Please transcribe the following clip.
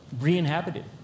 re-inhabited